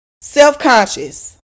self-conscious